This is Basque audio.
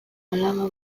alaba